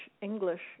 English